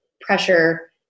pressure